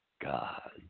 God